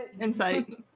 Insight